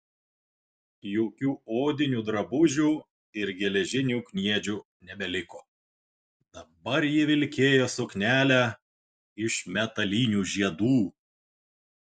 jokių odinių drabužių ir geležinių kniedžių nebeliko dabar ji vilkėjo suknelę iš metalinių žiedų